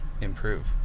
improve